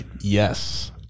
Yes